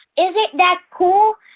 isn't that cool?